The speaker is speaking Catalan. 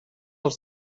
als